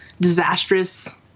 disastrous